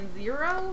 zero